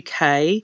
uk